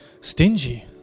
stingy